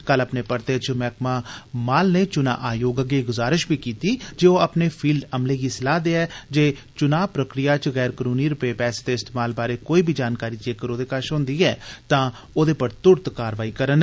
कल अपने परते च मैह्कमा माल नै चुनां आयोग अग्गै एह् गुजारश बी कीती जे ओ अपने फील्ड अमले गी सलाह देयै जे ओ चुनां प्रक्रिया च गैर कनूनी रपे पैहे दे इस्तेमाल बारे कोई बी जानकारी जेकर ओह्दे कश होए ते ओह्दे पर तुरंत कारवाई करन